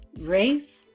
race